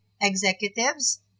executives